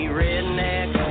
redneck